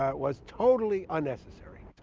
ah was totally unnecessary.